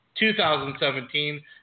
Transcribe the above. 2017